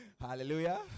Hallelujah